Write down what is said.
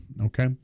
Okay